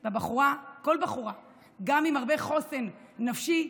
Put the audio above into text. בחורה, כל בחורה, גם עם הרבה חוסן נפשי,